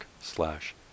slash